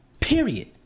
Period